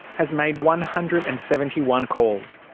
has made one hundred and seventy one calls.